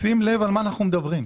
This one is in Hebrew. שים לב על מה אנחנו מדברים.